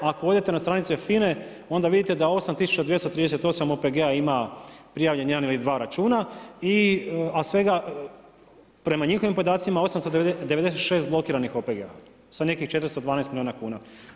A ako odete na stranice FINA-e onda vidite da 8238 OPG-a ima prijavljen jedan ili dva računa, a svega prema njihovim podacima 896 blokiranih OPG-ova sa nekih 412 milijuna kuna.